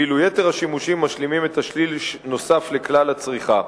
ואילו יתר השימושים משלימים את השליש הנוסף לכלל הצריכה.